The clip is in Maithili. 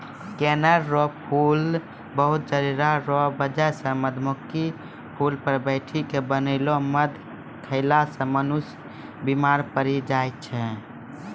कनेर रो फूल बहुत जहरीला रो बजह से मधुमक्खी फूल पर बैठी के बनैलो मध खेला से मनुष्य बिमार पड़ी जाय छै